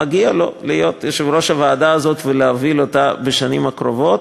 מגיע לו להיות יושב-ראש הוועדה הזאת ולהוביל אותה בשנים הקרובות,